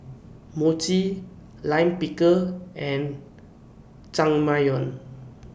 Mochi Lime Pickle and